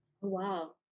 wow